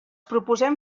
proposem